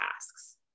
tasks